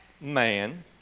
man